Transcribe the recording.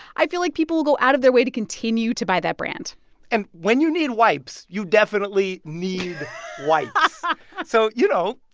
i feel like people will go out of their way to continue to buy that brand and when you need wipes, you definitely need wipes but so, you know,